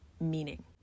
meaning